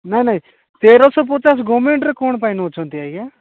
ନାଇଁ ନାଇଁ ତେରଶହ ପଚାଶ ଗମେଣ୍ଟ୍ରେ କ'ଣ ପାଇଁ ନେଉଛନ୍ତି ଆଜ୍ଞା